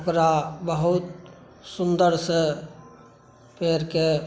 ओकरा बहुत सुन्दरसॅं पेड़केॅं